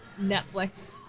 Netflix